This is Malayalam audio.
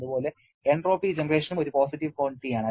അതുപോലെ എൻട്രോപ്പി ജനറേഷനും ഒരു പോസിറ്റീവ് ക്വാണ്ടിറ്റി ആണ്